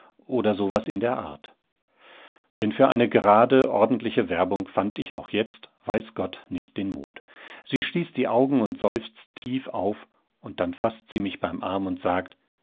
oder so was in der art denn für eine gerade ordentliche werbung fand ich auch jetzt weiß gott nicht den mut sie schließt die augen und seufzt tief auf dann faßt sie mich beim arm und sagt